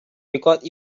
because